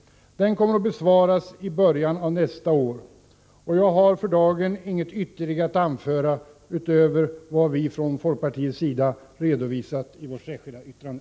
Den kommer att besvaras i början av nästa år. Jag har för dagen inget mer att anföra än vad vi från folkpartiet redovisat i vårt särskilda yttrande.